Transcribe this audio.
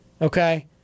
Okay